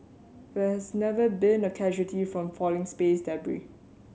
there has never been a casualty from falling space